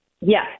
Yes